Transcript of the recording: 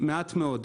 מעט מאוד.